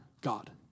God